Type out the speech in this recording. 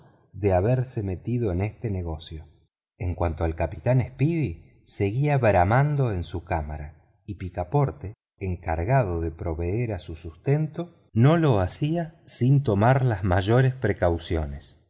de haberse metido en este negocio en cuanto al capitán speedy seguía bramando en su cámara y picaporte encargado de proveer a su sustento no lo hacía sin tomar las mayores precauciones